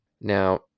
Now